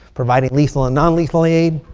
providing lethal and non-lethal aid.